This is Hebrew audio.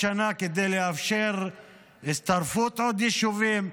שנה כדי לאפשר הצטרפות עוד וישובים.